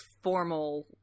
formal